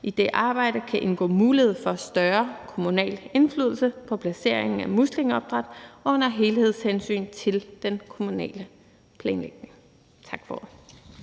I det arbejde kan indgå mulighed for større kommunal indflydelse på placeringen af muslingeopdræt under et helhedshensyn til den kommunale planlægning. Tak for